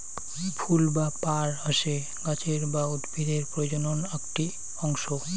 ফুল বা পার হসে গাছের বা উদ্ভিদের প্রজনন আকটি অংশ